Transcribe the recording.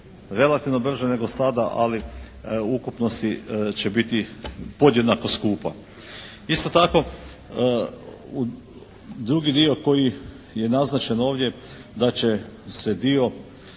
relativno brže nego sada, ali u ukupnosti će biti podjednako skupa. Isto tako drugi dio koji je naznačen ovdje da će se dio